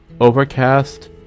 Overcast